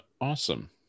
awesome